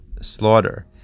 slaughter